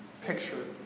picture